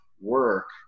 work